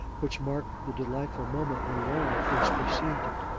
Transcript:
which marked the delightful moment when laura first perceived it.